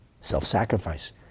self-sacrifice